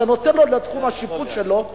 אתה נותן לו לתחום השיפוט שלו,